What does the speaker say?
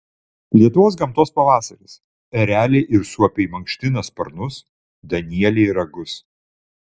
lietuvos gamtos pavasaris ereliai ir suopiai mankština sparnus danieliai ragus